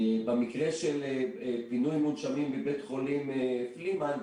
במקרה של פינוי מונשמים מבית חולים פלימן,